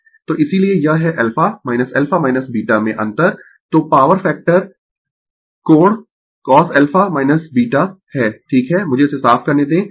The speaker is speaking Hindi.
तो इसीलिये यह है α α β में अंतर तो पॉवर फैक्टर कोण cosα β है ठीक है मुझे इसे साफ करने दें